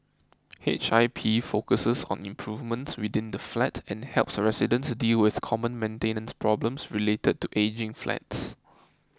H I P focuses on improvements within the flat and helps residents deal with common maintenance problems related to ageing flats